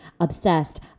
obsessed